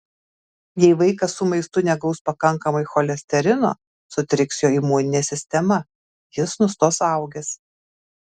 jei vaikas su maistu negaus pakankamai cholesterino sutriks jo imuninė sistema jis nustos augęs